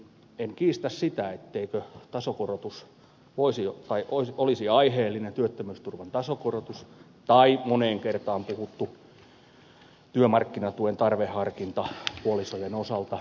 en kiistä sitä etteikö työttömyysturvan tasokorotus olisi aiheellinen tai moneen kertaan puhuttu työmarkkinatuen tarveharkinta puolisoiden osalta